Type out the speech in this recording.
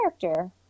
character